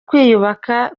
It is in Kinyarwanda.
kwiyubaka